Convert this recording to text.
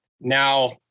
Now